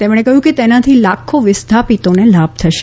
તેમણે કહ્યું કે તેનાથી લાખો વિસ્થાપિતોને લાભ થશે